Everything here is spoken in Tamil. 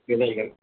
விதைகள்